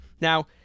Now